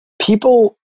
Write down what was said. people –